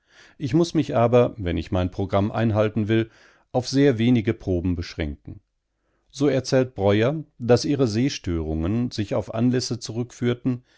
ich muß mich aber wenn ich mein programm einhalten will auf sehr wenige proben beschränken so erzählt breuer daß ihre sehstörungen sich auf anlässe zurückführten